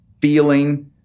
feeling